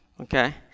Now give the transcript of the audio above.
okay